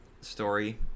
story